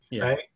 right